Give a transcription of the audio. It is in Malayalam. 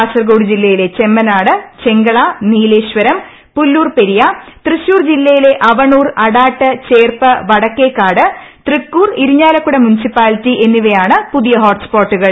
കാസർഗോഡ് ജില്ലയിലെ ചെമ്മനാട് ചെങ്കള നീലേശ്വരം പൂല്ലൂർ പെരിയ തൃശൂർ ജില്ലയിലെ അവണൂർ അടാട്ട് ചേർപ്പ് വട ക്കേക്കാട് തൃക്കൂർ ഇരിഞ്ഞാലക്കുട മുൻസിപ്പാലിറ്റി എന്നിവയാണ് പുതിയ ഹോട്ട് സ്പോട്ടുകൾ